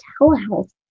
telehealth